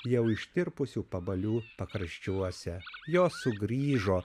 jau ištirpusių pabalių pakraščiuose jos sugrįžo